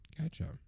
gotcha